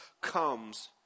comes